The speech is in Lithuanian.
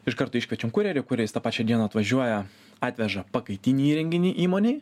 iš karto iškviečiam kurjerį kurjeris tą pačią dieną atvažiuoja atveža pakaitinį įrenginį įmonei